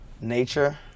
nature